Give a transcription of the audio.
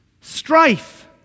strife